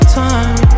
time